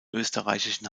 österreichischen